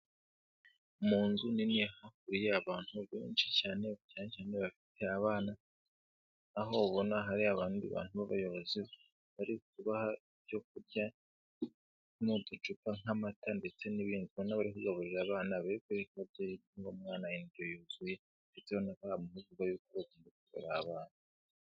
Mu nzu nini hahuriye abantu benshi cyane, cyane cyane abafiye abana aho ubona hari abandi bantu b'abayobozi bari kubaha ibyo kurya n'uducupa nk'amata ndetse n'ibindi ubona bari kugaburira abana barebe ko umwana yabona indyo yuzuye ndetse bari guhabwa n'amahugurwa yuko bakwita kundyo y'abana.